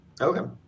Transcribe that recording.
Okay